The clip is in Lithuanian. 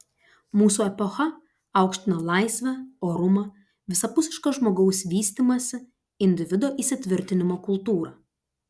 mūsų epocha aukština laisvę orumą visapusišką žmogaus vystymąsi individo įsitvirtinimo kultūrą